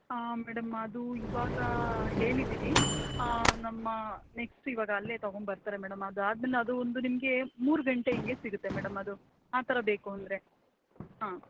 ಹಾಂ ಮೇಡಮ್ ಅದು ಇವಾಗ ಹೇಳಿದ್ದೀವಿ ನಮ್ಮ ನೆಕ್ಸ್ಟ್ ಇವಾಗ ಅಲ್ಲೆ ತಗೊಂಡು ಬರ್ತಾರೆ ಮೇಡಮ್ ಅದು ಆದಮೇಲೆ ಅದು ಒಂದು ನಿಮಗೆ ಮೂರು ಗಂಟೆ ಹಿಂಗೆ ಸಿಗುತ್ತೆ ಮೇಡಮ್ ಅದು ಆ ಥರ ಬೇಕು ಅಂದರೆ ಹಾಂ